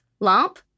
Lamp